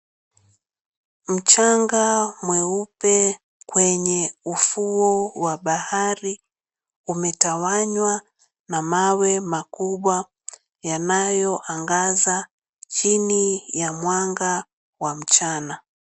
Mchanga mweupe kwenye ufuo wa bahari umetawanywa na mawe makubwa yanayoangaza chini ya mwanga wa mchana.